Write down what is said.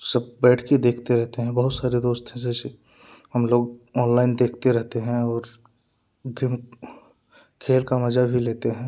सब बैठ के देखते रहते हैं बहुत सारे दोस्त हैं जैसे हम लोग ऑनलाइन देखते रहते हैं और गेम खेल का मज़ा भी लेते हैं